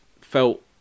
felt